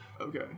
Okay